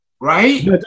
Right